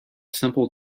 simple